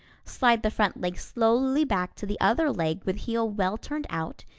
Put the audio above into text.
slide the front leg slowly back to the other leg with heel well turned out,